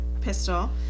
pistol